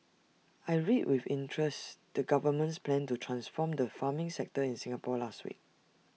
I read with interest the government's plan to transform the farming sector in Singapore last week